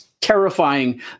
terrifying